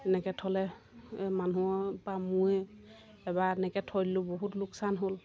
এনেকৈ থ'লে মানুহৰ বা মোৰে এবাৰ এনেকৈ থৈ দিলোঁ বহুত লোকচান হ'ল